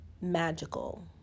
magical